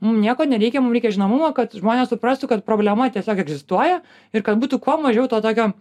mum nieko nereikia mum reikia žinomumo kad žmonės suprastų kad problema tiesiog egzistuoja ir kad būtų kuo mažiau to tokio